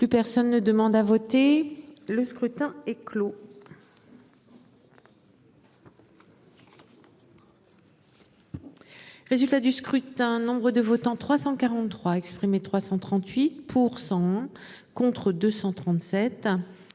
Plus personne ne demande à voter. Le scrutin est clos. Résultat du scrutin. Nombre de votants, 343. 338 %. Contre 237.